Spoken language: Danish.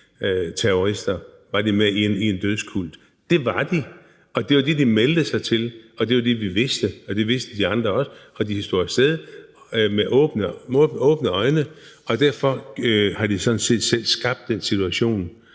terrorister? Var de med i en dødskult? Det var de, og det var jo det, de meldte sig til, og det var jo det, vi vidste, og det vidste de andre også, og de tog af sted med åbne øjne. Derfor har de sådan set selv skabt den situation,